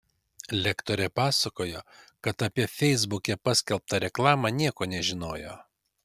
lektorė pasakojo kad apie feisbuke paskelbtą reklamą nieko nežinojo